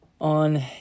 on